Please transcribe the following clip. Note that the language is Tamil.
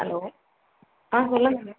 ஹலோ ஆ சொல்லுங்க மேம்